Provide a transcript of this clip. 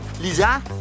Lisa